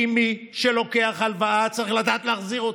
כי מי שלוקח הלוואה צריך לדעת להחזיר אותה.